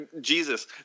Jesus